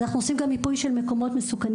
אנחנו עושים גם מיפוי של מקומות מסוכנים,